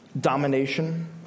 domination